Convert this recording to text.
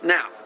Now